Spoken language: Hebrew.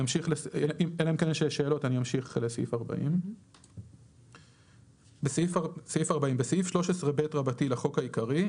אלא אם יש שאלות אני אמשיך לסעיף 40. "40.בסעיף 13ב לחוק העיקרי,